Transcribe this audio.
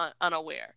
unaware